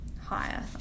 higher